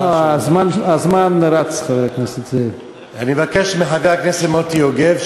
אני מבקש מחבר הכנסת מוטי יוגב,